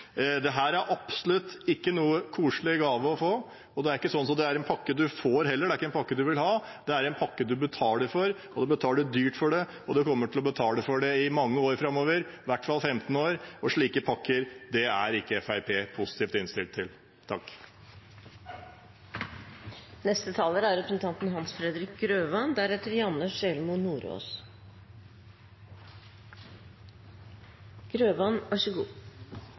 er absolutt ikke noen koselig gave å få. Det er heller ikke sånn at det er en pakke man får, det er ikke en pakke man vil ha. Det er en pakke man betaler for. Man betaler dyrt for den, og man kommer til å betale for den i mange år framover, i hvert fall i 15 år. Slike pakker er ikke Fremskrittspartiet positivt innstilt til.